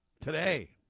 today